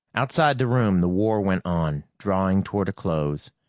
outside the room, the war went on, drawing toward a close.